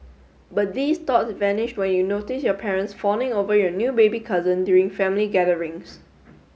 but these thoughts vanished when you notice your parents fawning over your new baby cousin during family gatherings